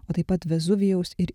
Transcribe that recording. o taip pat vezuvijaus ir